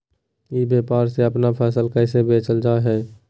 ई व्यापार से अपन फसल कैसे बेचल जा हाय?